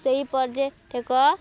ସେହି ପର୍ଯ୍ୟଟକ